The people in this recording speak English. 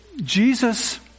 Jesus